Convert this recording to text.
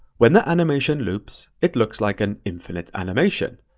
when that animation loops, it looks like an infinite animation.